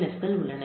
S உள்ளன